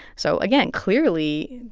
so again, clearly,